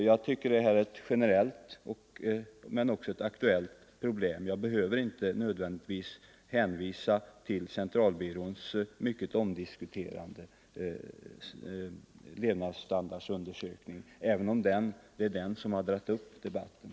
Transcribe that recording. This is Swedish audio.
Jag tycker att det här är ett generellt men också ett aktuellt problem. Jag behöver inte nödvändigtvis hänvisa till centralbyråns mycket omdiskuterade levnadsstandardsundersökning, även om det är den som har dragit upp debatten.